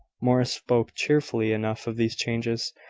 morris spoke cheerfully enough of these changes,